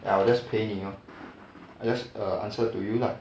ya 我 just 陪你 lor I just err answer to you lah